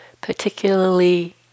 particularly